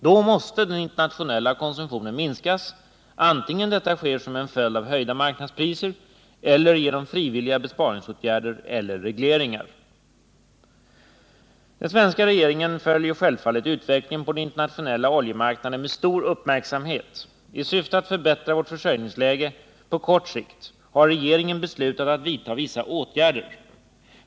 Då måste den internationella konsumtionen minskas, antingen detta sker som en följd av höjda marknadspriser eller genom frivilliga besparingsåtgärder eller regleringar. Den svenska regeringen följer självfallet utvecklingen på den internationella oljemarknaden med stor uppmärksamhet. I syfte att förbättra vårt försörjningsläge på kort sikt har regeringen beslutat att vidta vissa åtgärder.